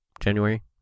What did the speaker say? January